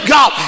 God